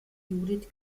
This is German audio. judith